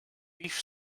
beef